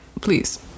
Please